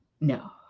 no